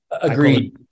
Agreed